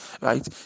right